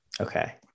Okay